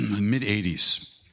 mid-80s